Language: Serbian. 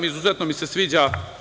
Izuzetno mi se sviđa.